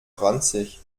ranzig